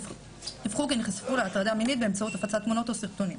דיווחו כי נחשפו להטרדה מינית באמצעות הפצת תמונות או סרטונים.